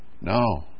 No